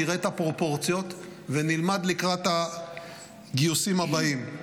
נראה את הפרופורציות ונלמד לקראת הגיוסים הבאים.